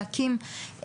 להקים,